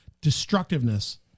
destructiveness